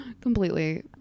Completely